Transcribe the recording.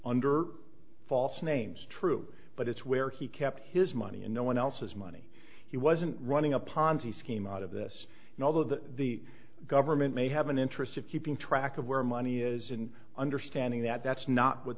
under false names true but it's where he kept his money and no one else's money he wasn't running a ponzi scheme out of this and although the government may have an interest of keeping track of where money is in understanding that that's not what